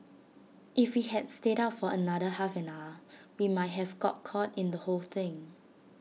if we had stayed out for another half an hour we might have got caught in the whole thing